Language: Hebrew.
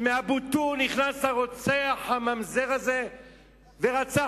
מאבו-תור נכנס הרוצח הממזר הזה ורצח